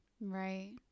Right